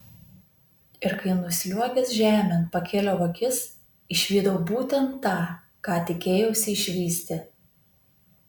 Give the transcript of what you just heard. ir kai nusliuogęs žemėn pakėliau akis išvydau būtent tą ką tikėjausi išvysti